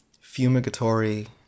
fumigatory